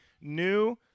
new